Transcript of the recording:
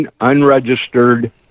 unregistered